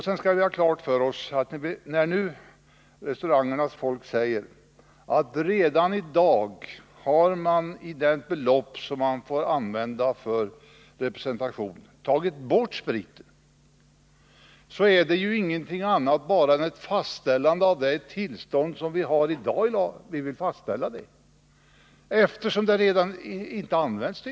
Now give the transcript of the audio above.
Sedan skall vi ha klart för oss att restaurangernas folk säger att spriten redan i dag är borttagen från det man får använda representationspengar till. Förslaget innebär alltså inget annat än att vi vill fastställa det tillstånd som råder i dag. Det är tydligen redan så att man inte använder representationspengar till sprit.